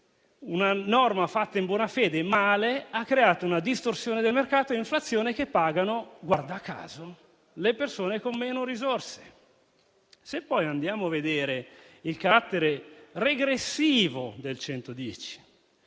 una norma fatta in buona fede, ma male, ha creato una distorsione del mercato e inflazione che pagano - guarda caso - le persone con meno risorse. Andiamo poi a vedere il carattere regressivo del